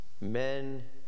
men